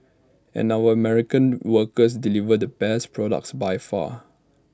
and our American workers deliver the best products by far